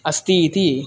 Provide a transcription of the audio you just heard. अस्ति इति